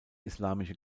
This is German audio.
islamische